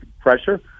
pressure